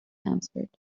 answered